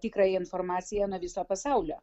tikrąją informaciją nuo viso pasaulio